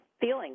feeling